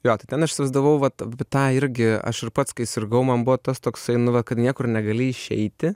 jo tai ten aš įsivaizdavau vat tą irgi aš ir pats kai sirgau man buvo tas toksai nu va kad niekur negali išeiti